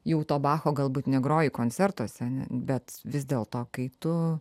jau to bacho galbūt negroji koncertuose bet vis dėlto kai tu